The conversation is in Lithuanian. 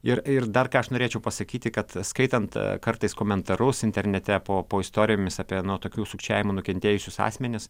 ir ir dar ką aš norėčiau pasakyti kad skaitant kartais komentarus internete po po istorijomis apie nuo tokių sukčiavimų nukentėjusius asmenis